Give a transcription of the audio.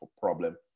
problem